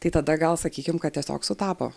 tai tada gal sakykim kad tiesiog sutapo